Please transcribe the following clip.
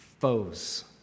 foes